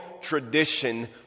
tradition